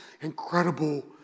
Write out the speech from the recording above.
incredible